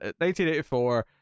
1984